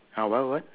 ah what what